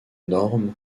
normes